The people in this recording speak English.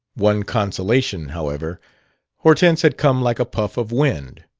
one consolation, however hortense had come like a puff of wind.